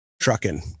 trucking